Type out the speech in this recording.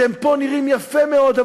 שפה הם נראים יפה מאוד,